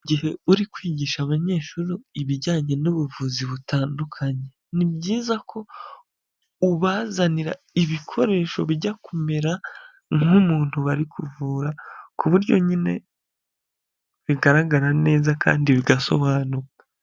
Igihe uri kwigisha abanyeshuri ibijyanye n'ubuvuzi butandukanye, ni byiza ko ubazanira ibikoresho bijya kumera nk'umuntu bari kuvura, ku buryo nyine bigaragara neza kandi bigasobanuka.